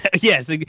yes